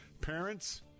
parents